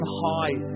high